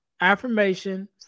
affirmation